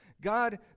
God